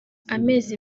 amezi